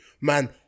Man